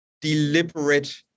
deliberate